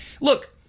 Look